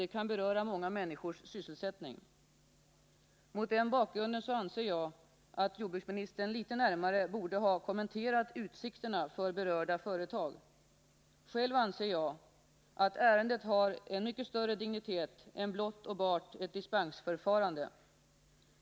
Det kan beröra många människors sysselsättning. Mot den bakgrunden anser jag att jordbruksministern litet närmare borde ha kommenterat utsikterna för berörda företag. Själv anser jag att ärendet har mycket större dignitet än att avse blott och bart ett dispensförfarande.